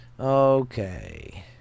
Okay